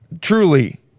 truly